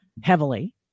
heavily